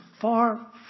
far